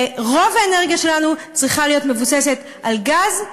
ורוב האנרגיה שלנו צריכה להיות מבוססת על גז,